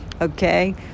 okay